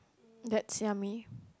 that's yummy